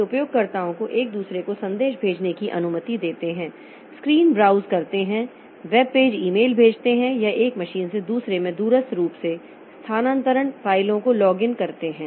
वे उपयोगकर्ताओं को एक दूसरे को संदेश भेजने की अनुमति देते हैं स्क्रीन ब्राउज़ करते हैं वेब पेज ईमेल भेजते हैं या एक मशीन से दूसरे में दूरस्थ रूप से स्थानांतरण फ़ाइलों को लॉगिन करते हैं